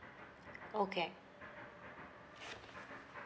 okay